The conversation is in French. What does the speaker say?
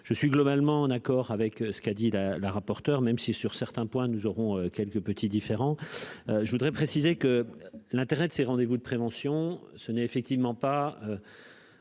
je suis globalement en accord avec ce qu'a dit la la rapporteure, même si sur certains points, nous aurons quelques petits différents, je voudrais préciser que l'intérêt de ces rendez-vous de prévention ce n'est effectivement pas.